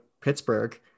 Pittsburgh